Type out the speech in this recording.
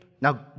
Now